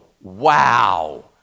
wow